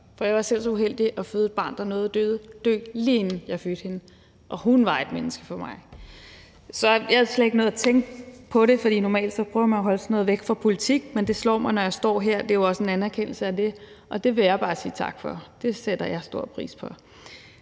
For jeg var selv så uheldig at føde et barn, der nåede at dø, lige inden jeg fødte hende, og hun var et menneske for mig. Jeg har slet ikke nået at tænke på det, for normalt prøver man jo at holde sådan noget væk fra politik, men det slår mig, når jeg står her. Det er jo også en anerkendelse af det, og det vil jeg bare sige tak for. Det sætter jeg stor pris på.